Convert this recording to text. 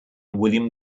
william